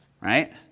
Right